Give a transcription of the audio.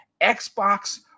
Xbox